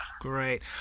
Great